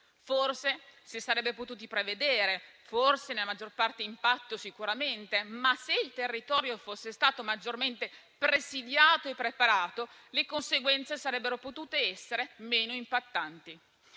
Forse si sarebbe potuto prevedere, forse nel maggior parte dell'impatto sicuramente; se però il territorio fosse stato maggiormente presidiato e preparato, le conseguenze sarebbero potute essere meno impattanti.